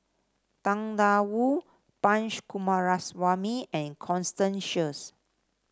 Tang Da Wu Coomaraswamy and Constance Sheares